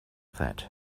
that